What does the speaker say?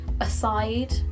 aside